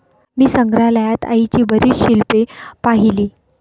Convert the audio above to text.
मी संग्रहालयात आईची बरीच शिल्पे पाहिली